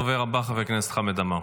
הדובר הבא, חבר הכנסת חמד עמאר.